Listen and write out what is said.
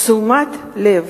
תשומת לב.